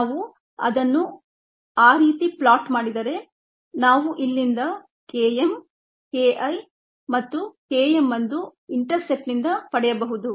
ನಾವು ಅದನ್ನುಆ ರೀತಿ ಪ್ಲಾಟ್ ಮಾಡಿದರೆ ನಾವು ಇಲ್ಲಿಂದ Km KI ಮತ್ತು K m ಅನ್ನು ಇಂಟರ್ಸೆಪ್ಟ್ ನಿಂದ ಪಡೆಯಬಹುದು